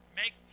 make